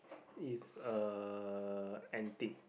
it's uh antique